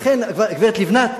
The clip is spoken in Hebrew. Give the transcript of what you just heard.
לכן, הגברת לבנת,